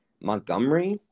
Montgomery